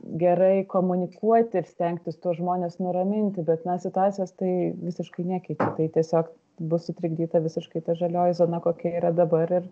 gerai komunikuoti ir stengtis tuos žmones nuraminti bet mes situacijos tai visiškai nekeičia tai tiesiog bus sutrikdyta visiškai ta žalioji zona kokia yra dabar ir